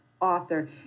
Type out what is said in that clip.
author